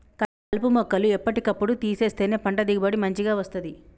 కలుపు మొక్కలు ఎప్పటి కప్పుడు తీసేస్తేనే పంట దిగుబడి మంచిగ వస్తది